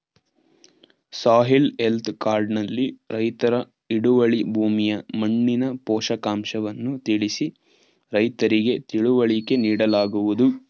soil health card ನಲ್ಲಿ ರೈತರ ಹಿಡುವಳಿ ಭೂಮಿಯ ಮಣ್ಣಿನ ಪೋಷಕಾಂಶವನ್ನು ತಿಳಿಸಿ ರೈತರಿಗೆ ತಿಳುವಳಿಕೆ ನೀಡಲಾಗುವುದು